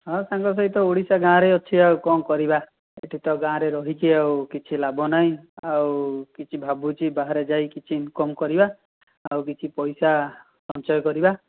ହଁ ସାଙ୍ଗ ସେଇ ତ ଓଡ଼ିଶା ଗାଁରେ ଅଛି ଆଉ କ'ଣ କରିବା ଏଇଠି ତ ଗାଁରେ ରହିଛି ଆଉ କିଛି ଲାଭ ନାହିଁ ଆଉ କିଛି ଭାବୁଛି ବାହାରେ ଯାଇ କିଛି ଇନ୍କମ୍ କରିବା ଆଉ କିଛି ପଇସା ସଞ୍ଚୟ କରିବା